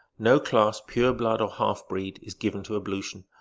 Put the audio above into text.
no class, pure-blood or half-breed, is given to ablution,